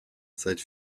seit